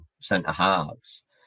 centre-halves